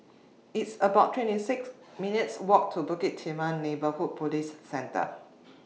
It's about twenty six minutes' Walk to Bukit Timah Neighbourhood Police Centre